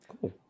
Cool